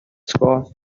scores